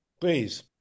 please